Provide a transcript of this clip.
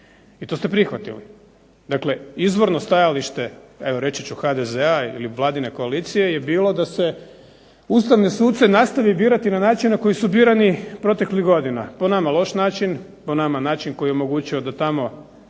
i to ste prihvatili. Dakle, izvorno stajalište evo reći ću HDZ-a ili vladine koalicije bilo je da se Ustavne suce nastavi birati na način na koji su birani proteklih godina. Po nama loš način, po nama način koji je omogućio da tamo